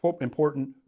important